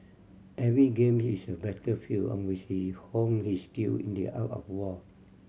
every game is a battlefield on which he hone his skill in the art of war